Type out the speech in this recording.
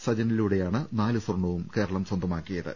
സജനിലൂടെയാണ് നാല് സ്വർണ്ണവും കേരളം സ്വന്തമാക്കിയത്